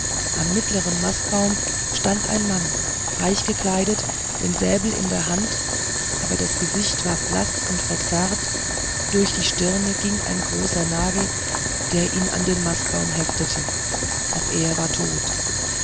am mittleren mastbaum stand ein mann reich gekleidet den säbel in der hand aber das gesicht war blaß und verzerrt durch die stirne ging ein großer nagel der ihn an den mastbaum heftete auch er war tot